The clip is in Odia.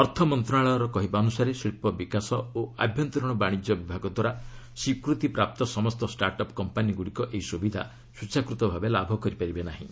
ଅର୍ଥ ମନ୍ତ୍ରଣାଳୟ କହିବା ଅନୁସାରେ ଶିଳ୍ପ ବିକାଶ ଓ ଆଭ୍ୟନ୍ତରୀଣ ବାଣିଜ୍ୟ ବିଭାଗଦ୍ୱାରା ସ୍ୱୀକୃତିପ୍ରାପ୍ତ ସମସ୍ତ ଷ୍ଟାର୍ଟ ଅପ୍ କମ୍ପାନୀଗୁଡ଼ିକ ଏହି ସୁବିଧା ସ୍ୱେଚ୍ଛାକୃତ ଭାବେ ଲାଭ କରିପାରିବେ ନାହିଁ